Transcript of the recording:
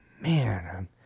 man